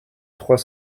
trois